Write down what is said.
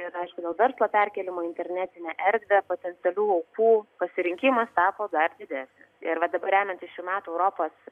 ir aišku dėl verslo perkėlimo į internetinę erdvę potencialių aukų pasirinkimas tapo dar didesnis ir va dabar remiantis šių metų europos